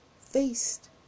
faced